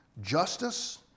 Justice